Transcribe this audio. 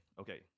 okay